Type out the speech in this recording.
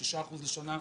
כ-6% לשנה.